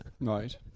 Right